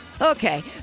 Okay